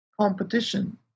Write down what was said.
competition